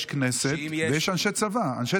יש כנסת ויש אנשי צבא.